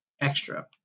extra